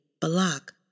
Balak